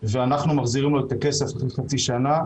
ואנחנו מחזירים לו את הכסף אחרי חצי שנה,